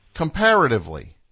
Comparatively